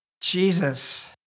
jesus